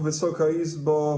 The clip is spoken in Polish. Wysoka Izbo!